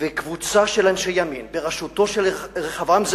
וקבוצה של אנשי ימין בראשותו של רחבעם זאבי,